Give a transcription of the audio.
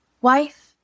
Wife